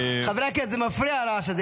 --- חברי הכנסת, זה מפריע, הרעש הזה.